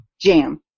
jam